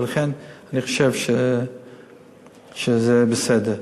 ולכן אני חושב שזה בסדר,